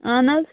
اَہَن حظ